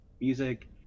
Music